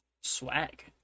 swag